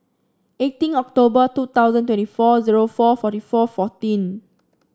eighteen October two thousand twenty four zero four forty four fourteen